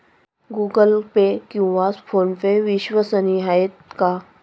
Google Pay किंवा PhonePe विश्वसनीय आहेत का?